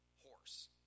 horse